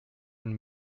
man